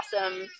awesome